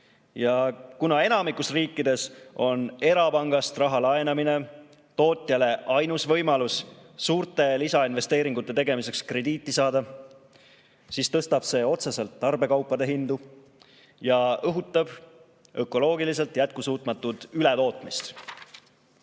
kuna enamikus riikides on erapangast raha laenamine tootjale ainus võimalus suurte lisainvesteeringute tegemiseks krediiti saada, siis tõstab see otseselt tarbekaupade hindu ja õhutab ökoloogiliselt jätkusuutmatut ületootmist. Võlapõhise